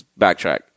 backtrack